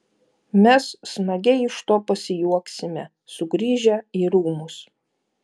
mes smagiai iš to pasijuoksime sugrįžę į rūmus